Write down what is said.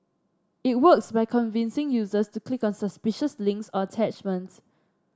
it works by convincing users to click on suspicious links or attachments